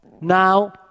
Now